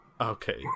Okay